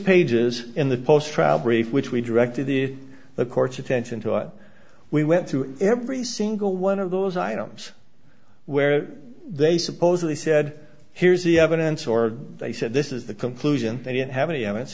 brief which we directed the the court's attention to it we went through every single one of those items where they supposedly said here's the evidence or they said this is the conclusion they didn't have any